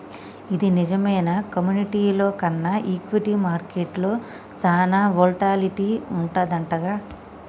ఇది నిజమేనా కమోడిటీల్లో కన్నా ఈక్విటీ మార్కెట్లో సాన వోల్టాలిటీ వుంటదంటగా